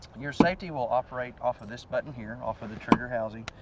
your safety will operate off of this button here, off of the trigger housing,